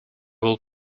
will